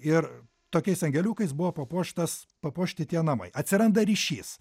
ir tokiais angeliukais buvo papuoštas papuošti tie namai atsiranda ryšys